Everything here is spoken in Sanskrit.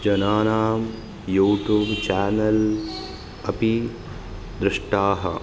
जनानां यूटूब् चानल्स् अपि दृष्टाः